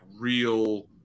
Real